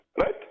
right